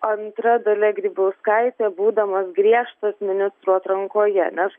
antra dalia grybauskaitė būdamas griežtas ministrų atrankoje nes